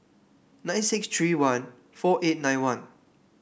nine six three one four eight nine one